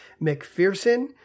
McPherson